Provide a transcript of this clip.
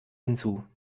hinzu